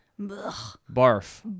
Barf